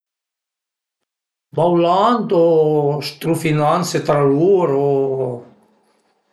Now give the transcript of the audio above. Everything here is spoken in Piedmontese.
Baulant o strufinanse tra lur